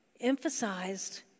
emphasized